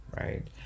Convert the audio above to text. right